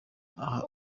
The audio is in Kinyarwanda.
aha